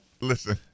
listen